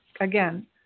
again